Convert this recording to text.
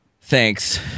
Thanks